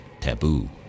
Taboo